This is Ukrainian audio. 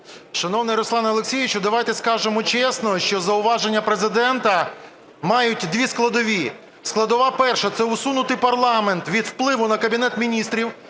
Шановний Руслане Олексійовичу, давайте скажемо чесно, що зауваження Президента мають дві складові. Складова перша. Це усунути парламент від впливу на Кабінет Міністрів